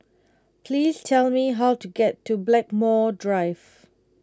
please tell me how to get to Blackmore Drive